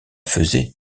faisait